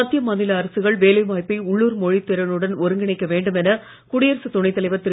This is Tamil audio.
மத்திய மாநில அரசுகள் வேலை வாய்ப்பை உள்ளுர் மொழித் திறனுடன் ஒருங்கிணைக்க வேண்டும் என குடியரசுத் துணை தலைவர் திரு